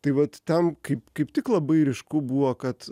tai vat ten kaip kaip tik labai ryšku buvo kad